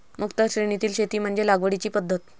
मुक्त श्रेणीतील शेती म्हणजे लागवडीची पद्धत